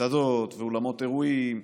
מסעדות, אולמות אירועים,